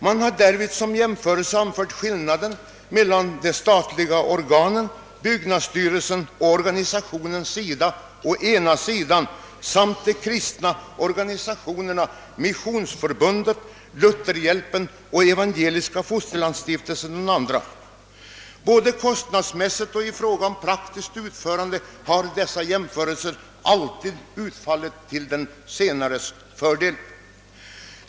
Man har därvid som jämförelse anfört skillnaden mellan de statliga organen, byggnadsstyrelsen och organisa tionen SIDA å ena sidan, samt de kristna organisationerna Missionsförbundet, Lutherhjälpen och Evangeliska fosterlandsstiftelsen å den andra. Både kostnadsmässigt och i fråga om praktiskt utförande har dessa jämförelser alltid utfallit till de senares fördel.